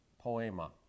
poema